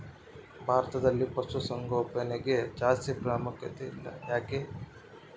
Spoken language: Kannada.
ಭಾರತದಲ್ಲಿ ಪಶುಸಾಂಗೋಪನೆಗೆ ಜಾಸ್ತಿ ಪ್ರಾಮುಖ್ಯತೆ ಇಲ್ಲ ಯಾಕೆ?